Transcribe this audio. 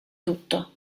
tutto